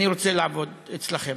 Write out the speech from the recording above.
אני רוצה לעבוד אצלכם.